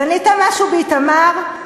בנית משהו באיתמר?